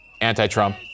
anti-Trump